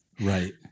right